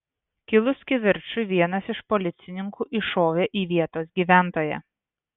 kilus kivirčui vienas iš policininkų iššovė į vietos gyventoją